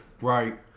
Right